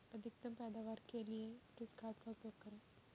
अधिकतम पैदावार के लिए किस खाद का उपयोग करें?